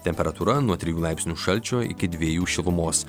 temperatūra nuo trijų laipsnių šalčio iki dviejų šilumos